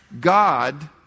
God